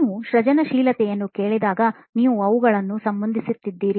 ನೀವು ಸೃಜನಶೀಲತೆಯನ್ನು ಹೇಳಿದಾಗ ನೀವು ಅವುಗಳನ್ನು ಸಂಬಂಧಿಸುತ್ತೀರಿ